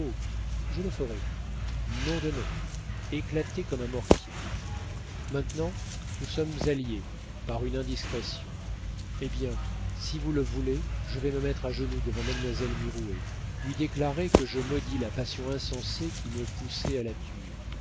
je le ferai nom de nom éclater comme un mortier maintenant nous sommes alliés par une indiscrétion eh bien si vous le voulez je vais me mettre à genoux devant mademoiselle mirouët lui déclarer que je maudis la passion insensée qui me poussait à la tuer